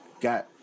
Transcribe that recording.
got